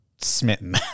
smitten